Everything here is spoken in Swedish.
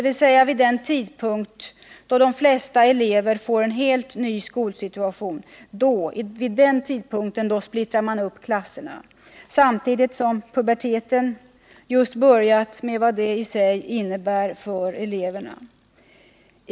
Vid den tidpunkt då de flesta elever får en helt ny skolsituation splittrar man alltså upp klasser, samtidigt som puberteten just börjat med vad det i sig innebär för eleverna.